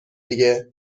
دیگه